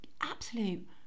absolute